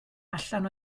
allan